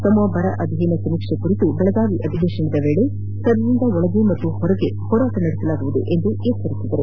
ತಮ್ಮ ಬರ ಅಧ್ಯಯನ ಸಮೀಕ್ಷೆ ಕುರಿತು ಬೆಳಗಾವಿ ಅಧಿವೇಶನದ ವೇಳೆ ಸದನದ ಒಳಗೆ ಮತ್ತು ಹೊರಗೆ ಹೋರಾಟ ನಡೆಸಲಾಗುವುದು ಎಂದು ಎಚ್ಚರಿಸಿದರು